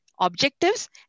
objectives